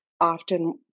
often